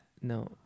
no